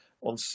on